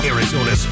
Arizona